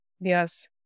Yes